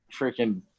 freaking